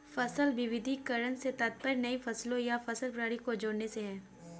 फसल विविधीकरण से तात्पर्य नई फसलों या फसल प्रणाली को जोड़ने से है